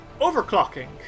overclocking